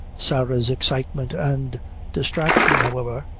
sarah's excitement and distraction, however,